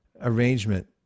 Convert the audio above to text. arrangement